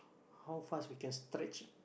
how fast we can stretch